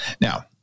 Now